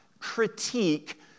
critique